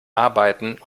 arbeiten